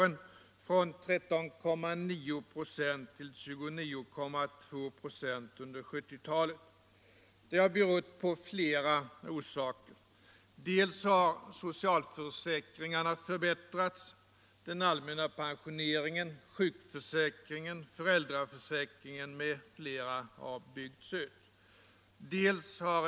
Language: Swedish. De har under 1970-talet stigit från 13,9 96 till 29,2 6. Detta har berott på flera saker. Bl. a. har socialförsäkringarna förbättrats, och den allmänna pensioneringen, sjukförsäkringen, föräldraförsäkringen m.fl. har byggts ut.